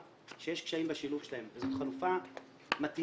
שיש קשיים בשילוב שלהם וזאת חלופה מתאימה.